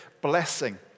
blessing